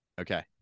Okay